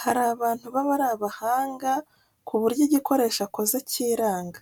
Hari abantu baba ari abahanga ku buryo igikoresho akoze cyiranga!